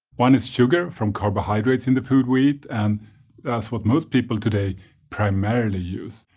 one is sugar from carbohydrates in the food we eat and that's what most people today primarily use.